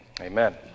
amen